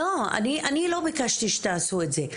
לא, אני לא ביקשתי שתעשו את זה.